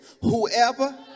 Whoever